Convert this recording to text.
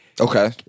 okay